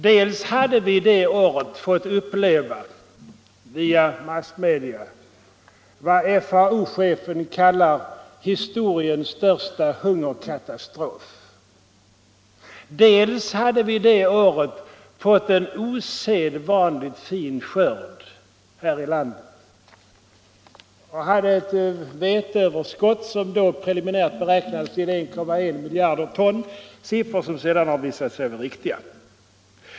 Dels hade vi det året fått uppleva, via massmedia, vad FAO-chefen kallade ”historiens största hungerkatastrof”. Dels hade vi det året fått en osedvanligt fin skörd här i landet och hade ett veteöverskott som då preliminärt beräknades till 1,1 miljarder ton, en siffra som sedan har visat sig vara riktig.